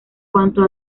cuanto